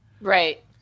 Right